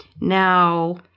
Now